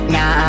Now